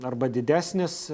arba didesnis